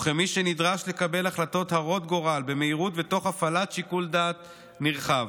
וכמי שנדרש לקבל החלטות הרות גורל במהירות ותוך הפעלת שיקול דעת נרחב.